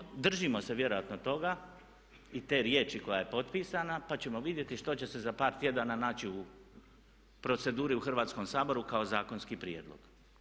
Prema tome držimo se vjerojatno toga i te riječi koja je potpisana pa ćemo vidjeti što će se za par tjedana naći u proceduri u Hrvatskom saboru kao zakonski prijedlog.